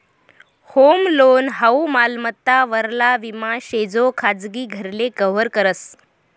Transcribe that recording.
home loan हाऊ मालमत्ता वरला विमा शे जो खाजगी घरले कव्हर करस